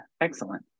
excellent